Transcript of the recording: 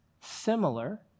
similar